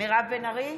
מירב בן ארי,